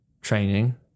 training